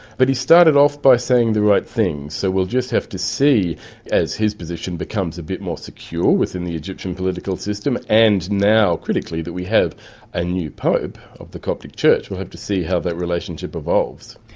but he started off by saying the right things. so we'll just have to see as his position becomes a bit more secure within the egyptian political system and now, critically, that we have a new pope of the coptic church, we'll have to see how that relationship evolves.